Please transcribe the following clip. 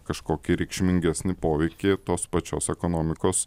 kažkokį reikšmingesnį poveikį tos pačios ekonomikos